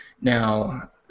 Now